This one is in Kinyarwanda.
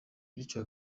bityo